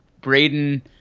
Braden